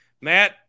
Matt